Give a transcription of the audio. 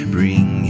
Bring